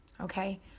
okay